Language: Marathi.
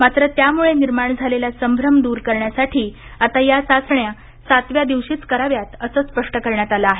मात्र त्यामुळे निर्माण झालेला संभ्रम दूर करण्यासाठी आता या चाचण्या सातव्या दिवशीच कराव्यात असे स्पष्ट करण्यात आले आहे